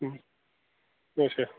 اَچھا